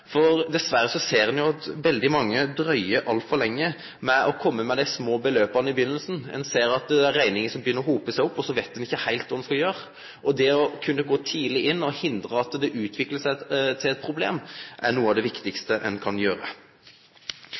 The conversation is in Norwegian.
for dessverre ser ein at veldig mange dryger altfor lenge med å kome med dei små beløpa til å begynne med. Ein ser at det er rekningar som begynner å hope seg opp, og så veit ein ikkje heilt kva ein skal gjere. Det å kunne gå tidleg inn og hindre at det utviklar seg til eit problem, er noko av det viktigaste ein kan gjere.